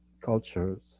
cultures